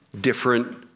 different